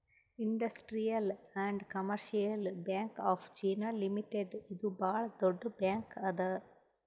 industrial and commercial bank of China limited ಇದು ಭಾಳ್ ದೊಡ್ಡ ಬ್ಯಾಂಕ್ ಅದಾ